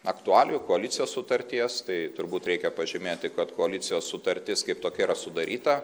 aktualijų koalicijos sutarties tai turbūt reikia pažymėti kad koalicijos sutartis kaip tokia yra sudaryta